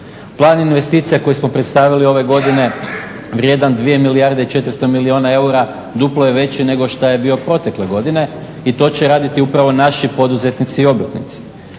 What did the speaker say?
plan investicija koje smo predstavili ove godine vrijedan 2 milijarde i 400 milijuna eura duplo je veći nego što je bio protekle godine i to će raditi upravo naši poduzetnici i obrtnici.